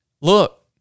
Look